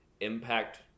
impact